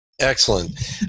Excellent